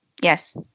Yes